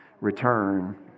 return